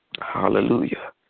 Hallelujah